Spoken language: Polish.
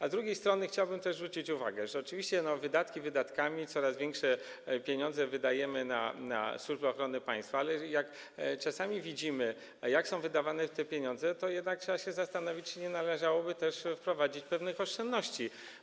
A z drugiej strony chciałbym też zwrócić uwagę, że oczywiście wydatki wydatkami, wydajemy coraz większe pieniądze na Służbę Ochrony Państwa, ale jak czasami widzimy, jak są wydawane te pieniądze, to trzeba się jednak zastanowić, czy nie należałoby też wprowadzić pewnych oszczędności.